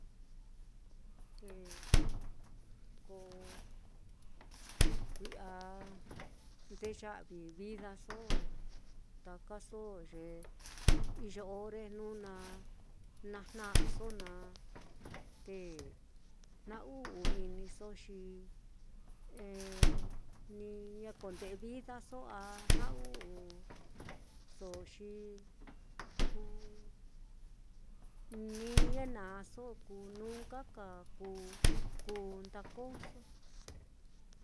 Te ko ki'a ndeya'vi vidaso takaso, ye iyo ore jnu na jna'aso na, te jna-u'u-iniso, xi ni ña konde'e vidaso a jna-u'uso, xi ku ni ñe na'aso kuu nunca ka kú ndokoso.